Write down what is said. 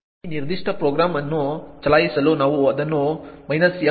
ಈ ನಿರ್ದಿಷ್ಟ ಪ್ರೋಗ್ರಾಂ ಅನ್ನು ಚಲಾಯಿಸಲು ನಾವು ಅದನ್ನು m32 print2